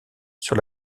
sur